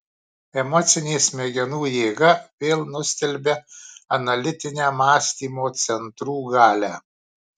emocinė smegenų jėga vėl nustelbia analitinę mąstymo centrų galią